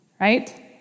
right